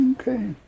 Okay